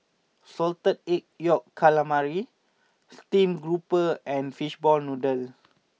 Salted Egg Yolk Calamari Steamed Grouper and Fishball Noodle